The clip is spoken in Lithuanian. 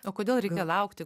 o kodėl reikia laukti